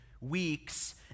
weeks